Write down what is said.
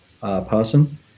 person